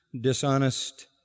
dishonest